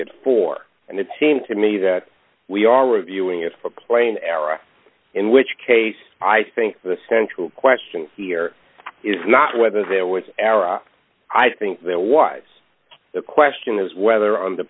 it for and it seemed to me that we are reviewing it for plain era in which case i think the central question here is not whether there was error i think there was the question is whether on the